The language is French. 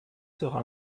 sera